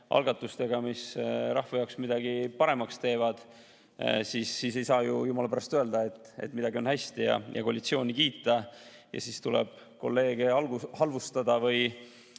algatustega, mis rahva jaoks midagi paremaks teevad, sest siis ei saa ju jumala pärast öelda, et midagi on hästi, ja koalitsiooni kiita. Siis tuleb kolleege halvustada või